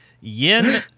Yin